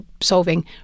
solving